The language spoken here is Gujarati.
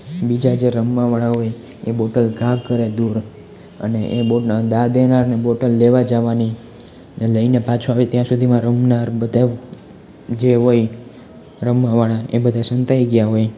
બીજા જે રમવા વાળા હોય એ બોટલ ઘા કરે દૂર અને એ બહુ દાવ દેનારને બોટલ લેવા જવાની અને લઈને પાછું આવે ત્યાં સુધીમાં રમનાર બધા જે હોય રમવા વાળા એ સંતાઈ ગયા હોય